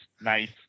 nice